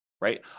right